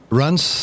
runs